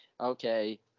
Okay